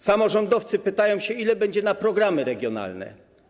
Samorządowcy pytają się, ile będzie na programy regionalne.